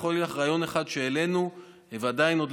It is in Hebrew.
אני יכול להגיד לך רעיון אחד שהעלינו ועדיין לא